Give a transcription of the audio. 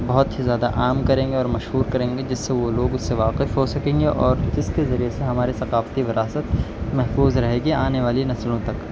بہت ہی زیادہ عام کریں گے اور مشہور کریں گے جس سے وہ لوگ اس سے واقف ہو سکیں گے اور جس کے ذریعے سے ہمارے ثقافتی وراثت محفوظ رہے گی آنے والی نسلوں تک